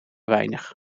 weinig